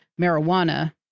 marijuana